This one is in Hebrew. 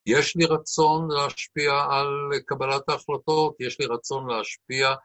יש לי רצון להשפיע על קבלת ההחלטות, יש לי רצון להשפיע